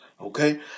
okay